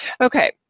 Okay